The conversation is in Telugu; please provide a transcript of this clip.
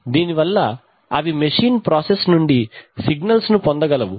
దీనివల్ల అవి మెషీన్ ప్రాసెస్ నుండి సిగ్నల్స్ ను పొందగలవు